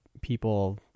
people